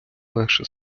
легше